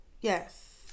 yes